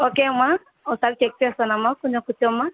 okay అమ్మ ఒకసారి check చేస్తానమ్మా కొంచెం కూర్చోమ్మ